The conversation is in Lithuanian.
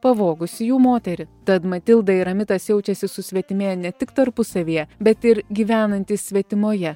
pavogusį jų moterį tad matilda ir amitas jaučiasi susvetimėję ne tik tarpusavyje bet ir gyvenantys svetimoje